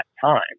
time